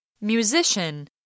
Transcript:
Musician